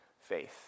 faith